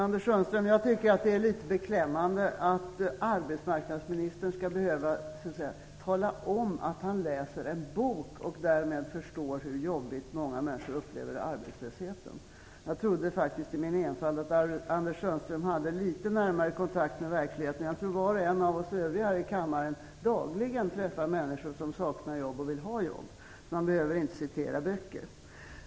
Fru talman! Jag tycker att det är litet beklämmande, Anders Sundström, att arbetsmarknadsministern skall behöva tala om att han läser en bok och därigenom förstår hur jobbigt många människor upplever arbetslösheten. Jag trodde faktiskt i min enfald att Anders Sundström hade litet närmare kontakt med verkligheten. Jag tror att var och en av oss övriga här i kammaren dagligen träffar människor som saknar jobb och som vill ha jobb. Man behöver inte citera böcker.